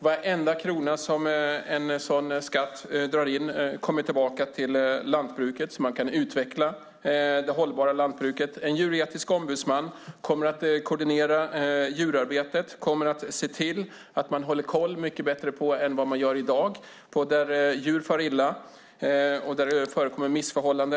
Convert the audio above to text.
Varenda krona som en sådan skatt drar in kommer tillbaka till lantbruket så att man kan utveckla det hållbara lantbruket. En djuretisk ombudsman kommer att koordinera djurarbetet och se till att man bättre än i dag håller koll på om djur far illa och om det förekommer missförhållanden.